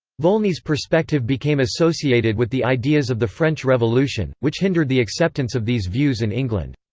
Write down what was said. volney's perspective became associated with the ideas of the french revolution, which hindered the acceptance of these views in england.